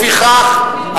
לפיכך,